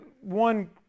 one